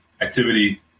activity